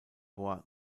bois